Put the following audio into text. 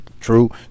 True